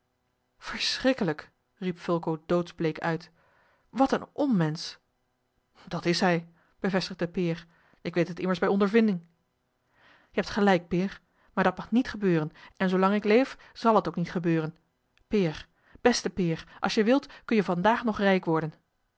verschrikkelijk riep fulco doodsbleek uit wat een onmensch dat is hij bevestigde peer ik weet het immers bij ondervinding je hebt gelijk peer maar dat mag niet gebeuren en zoolang ik leef zàl het ook niet gebeuren peer beste peer als je wilt kun-je vandaag nog rijk worden